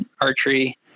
archery